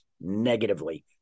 negatively